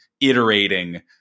iterating